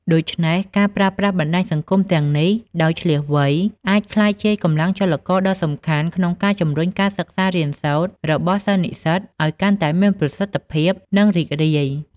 ដូច្នេះការប្រើប្រាស់បណ្តាញសង្គមទាំងនេះដោយឈ្លាសវៃ អាចក្លាយជាកម្លាំងចលករដ៏សំខាន់ក្នុងការជំរុញការសិក្សារៀនសូត្ររបស់សិស្សនិស្សិតឲ្យកាន់តែមានប្រសិទ្ធភាព និងរីករាយ។